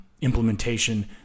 implementation